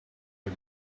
but